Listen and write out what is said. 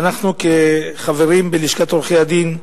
אנחנו כחברים בלשכת עורכי-הדין יודעים,